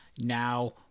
now